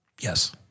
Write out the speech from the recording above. Yes